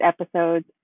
episodes